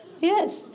Yes